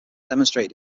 demonstrated